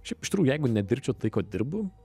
šiaip iš tikrųjų jeigu nedirbčiau tai ko dirbu